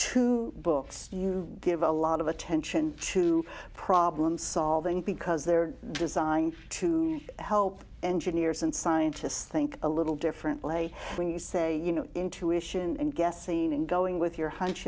to books you give a lot of attention to problem solving because they're designed to help engineers and scientists think a little differently when you say you know intuition and gesine and going with your hunch